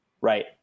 right